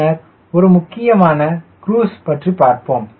பின்னர் மிக முக்கியமாக குரூஸ் பற்றி பார்ப்போம்